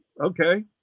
okay